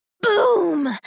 boom